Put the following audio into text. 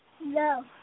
No